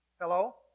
Hello